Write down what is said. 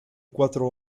cuatro